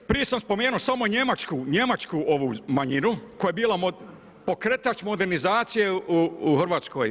Prije sam spomenuo samo Njemačku manjinu koja je bila pokretač modernizacije u Hrvatskoj.